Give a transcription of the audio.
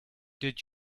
did